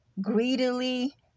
greedily